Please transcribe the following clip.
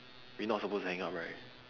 we not supposed to hang up right